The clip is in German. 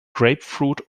grapefruit